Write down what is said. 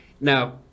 now